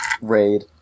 Raid